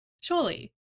Surely